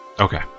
Okay